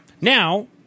now